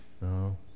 No